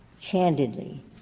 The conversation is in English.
Candidly